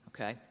okay